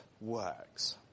works